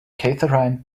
catherine